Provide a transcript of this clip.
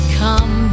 come